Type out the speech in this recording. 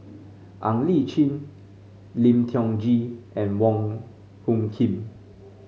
Ng Li Chin Lim Tiong Ghee and Wong Hung Khim